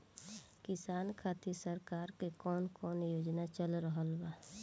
किसान खातिर सरकार क कवन कवन योजना चल रहल बा?